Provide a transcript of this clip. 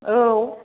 औ